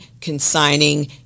consigning